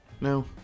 No